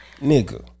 Nigga